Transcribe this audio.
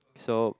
so